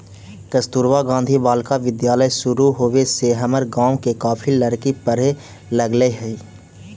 कस्तूरबा गांधी बालिका विद्यालय शुरू होवे से हमर गाँव के काफी लड़की पढ़े लगले हइ